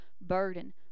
burden